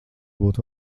būtu